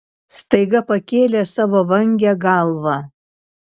staiga pakėlė savo vangią galvą